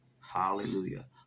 Hallelujah